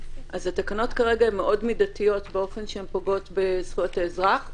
התקנות כרגע מאוד מידתיות באופן שהן פוגעות בזכויות האזרח,